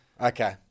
Okay